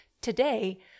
today